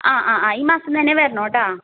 ആ ആ ആ ഈ മാസം തന്നെ വരണം കേട്ടോ